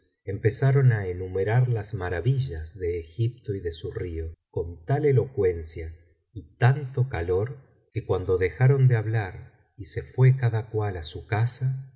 empezaron á enumerar las maravillas de egipto y de su río con tal elocuencia y tanto calor que cuando dejaron de hablar y se fué cada cual á su casa